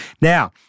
Now